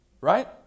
right